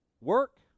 work